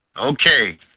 Okay